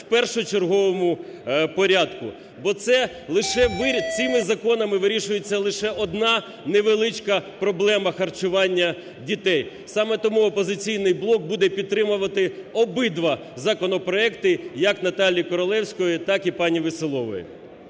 в першочерговому порядку, бо це лише… Цими законами вирішується лише одна невеличка проблема харчування дітей. Саме тому "Опозиційний блок" буде підтримувати обидва законопроекти як Наталії Королевської, так і пані Веселової.